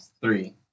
three